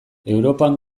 europan